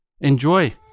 enjoy